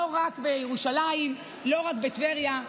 לא רק בירושלים ולא רק בטבריה,